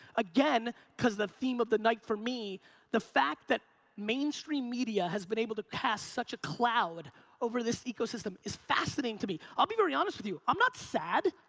again, cause the theme of the night for me the fact that mainstream media has been able to cast such a cloud over this ecosystem is fascinating to me. i'll be very honest with you, i'm not sad.